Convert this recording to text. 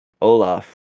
Olaf